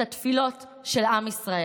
את התפילות של עם ישראל.